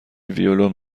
ویلون